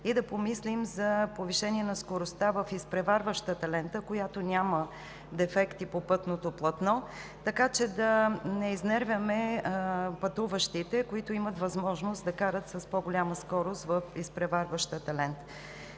и да помислим за повишение на скоростта в изпреварващата лента, която няма дефекти по пътното платно, така че да не изнервяме пътуващите, които имат възможност да карат с по-висока скорост в изпреварващата лента.